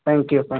thank you thank